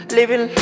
Living